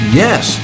yes